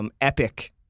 epic